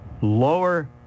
lower